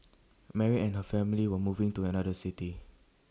Mary and her family were moving to another city